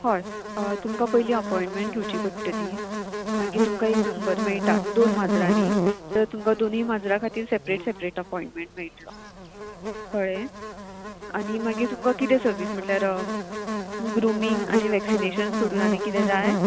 हय तुमकां पयलीं अपॉयंटमेंट घेवची पडटली मागीर तुमकां एक नंबर मेळटा दोन माजरांनी तर तुमकां दोनी माजरा खातीर सेपरेट सेपरेट अपॉयंटमेंट मेळटलो कळ्ळें आनी मागीर तुमकां कितें सर्वीस म्हटल्यार ग्रुमींग आनी वॅक्सिनेशन सोडून आनी किदें जाय